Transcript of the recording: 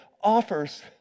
offers